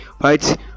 right